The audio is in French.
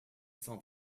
cent